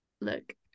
look